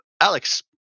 alex